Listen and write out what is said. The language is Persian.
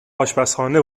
آشپزخانه